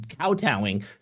kowtowing